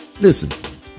Listen